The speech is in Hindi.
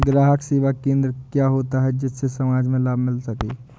ग्राहक सेवा केंद्र क्या होता है जिससे समाज में लाभ मिल सके?